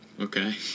Okay